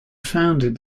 founded